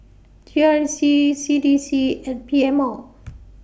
G R C C D C and P M O